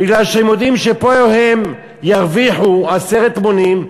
כי הם יודעים שפה הם ירוויחו עשרת מונים,